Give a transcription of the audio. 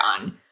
on